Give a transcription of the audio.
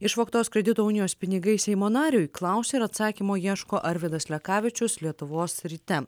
išvogtos kredito unijos pinigai seimo nariui klausia ir atsakymo ieško arvydas lekavičius lietuvos ryte